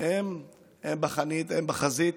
הם בחזית.